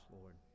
Lord